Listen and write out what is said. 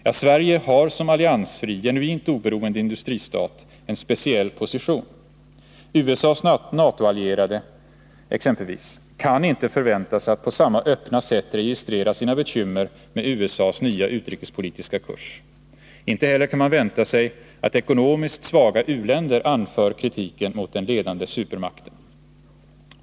Ja, Sverige har som alliansfri, genuint oberoende industristat en speciell position. Exempelvis USA:s NATO-allierade kan inte förväntas på samma Öppna sätt registrera sina bekymmer med USA:s nya utrikespolitiska kurs. Inte heller kan man vänta sig att ekonomiskt svaga u-länder anför kritiken mot den ledande supermakten.